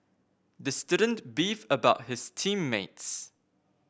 the student beefed about his team mates